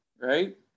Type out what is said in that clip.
right